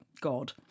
God